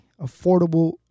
affordable